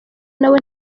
nabo